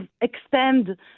extend